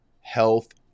health